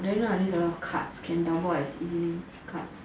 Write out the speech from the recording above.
then right there's a lot of card can double up as E_Z link cards